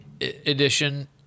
edition